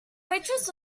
waitress